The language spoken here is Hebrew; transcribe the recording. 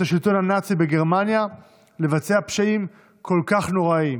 השלטון הנאצי בגרמניה לבצע פשעים כל כך נוראיים,